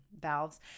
valves